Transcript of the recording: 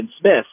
Smith